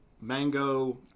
mango